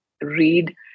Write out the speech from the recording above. read